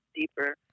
deeper